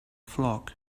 flock